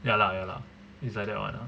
ya lah ya lah it's like that one ah